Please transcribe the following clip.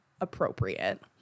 appropriate